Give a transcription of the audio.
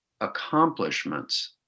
accomplishments